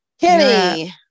Kenny